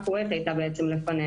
בעצם רק כווית הייתה לפנינו.